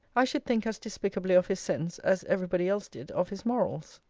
i should think as despicably of his sense, as every body else did of his morals.